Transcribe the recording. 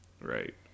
Right